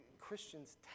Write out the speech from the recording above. Christians